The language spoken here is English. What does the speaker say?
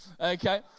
okay